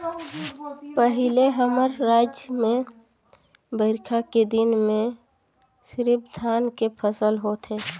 पहिले हमर रायज में बईरखा के दिन में सिरिफ धान के फसल लेथे